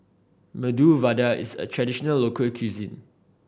Medu Vada is a traditional local cuisine